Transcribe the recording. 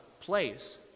place